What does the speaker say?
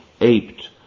aped